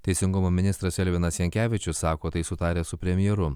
teisingumo ministras elvinas jankevičius sako tai sutarę su premjeru